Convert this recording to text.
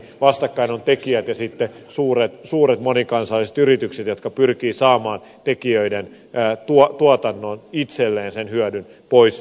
vastakkain ovat tekijät ja sitten suuret monikansalliset yritykset jotka pyrkivät saamaan tekijöiden tuotannon itselleen sen hyödyn pois tekijöiltä